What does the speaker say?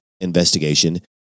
investigation